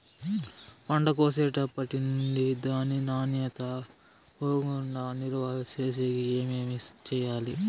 పంట కోసేటప్పటినుండి దాని నాణ్యత పోకుండా నిలువ సేసేకి ఏమేమి చేయాలి?